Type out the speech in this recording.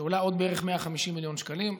שעולה עוד בערך 150 מיליון שקלים.